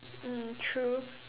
mm true